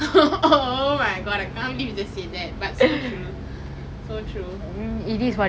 oh oh my god I can't believe you just said that but so true so true